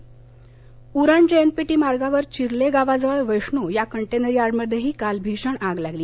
नवी Mumbai Uran J N P T मार्गावर चिले गावाजवळ वैष्णो या कंटेनर यार्डमध्ये काल भीषण आग लागली